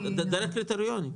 זה דרך קריטריונים.